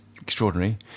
Extraordinary